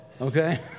okay